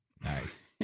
Nice